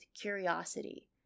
curiosity